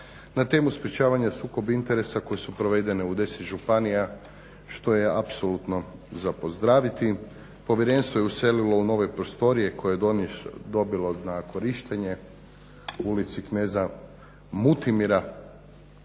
na temu sprječavanja sukoba interesa koje su provedene u 10 županija što je apsolutno za pozdraviti. Povjerenstvo je uselilo u nove prostorije koje je dobilo na korištenje u ulici kneza Mutimira.